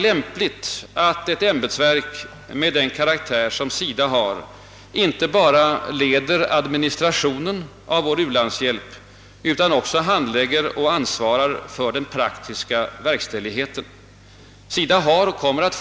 lämpligt, att ett ämbetsverk av SIDA:s karaktär inte bara leder administrationen av vår u-landshjälp utan också handlägger och ansvarar för den praktiska verkställigheten. SIDA har och kommer, att.